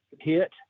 hit